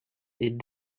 est